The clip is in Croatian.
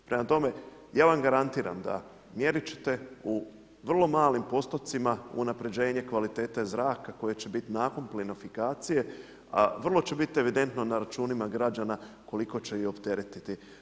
Prema tome, ja vam garantiram da mjerit ćete u vrlo malim postocima unapređenje kvalitete zraka koje će biti nakon plinofikacije, a vrlo će biti evidentno na računima građana koliko će ih opteretiti.